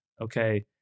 Okay